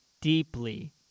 deeply